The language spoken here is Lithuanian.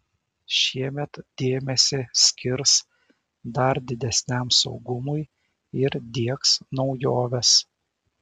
šiemet dėmesį skirs dar didesniam saugumui ir diegs naujoves